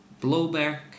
Blowback